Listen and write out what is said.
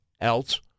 else